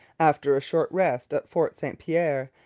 after a short rest at fort st pierre,